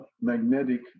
magnetic